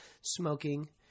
Smoking